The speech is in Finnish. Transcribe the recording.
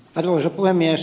arvoisa puhemies